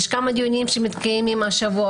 יש כמה דיונים שמתקיימים השבוע,